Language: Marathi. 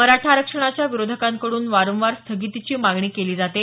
मराठा आरक्षणाच्या विरोधकांकडून वारंवार स्थगितीची मागणी केली जाते